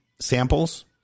samples